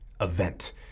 event